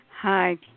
Hi